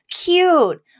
cute